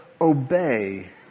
Obey